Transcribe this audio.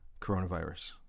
coronavirus